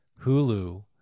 Hulu